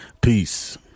Peace